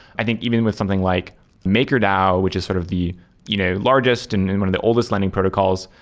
i think even with something like maker dao, which is sort of the you know largest and and one of the oldest lending protocols,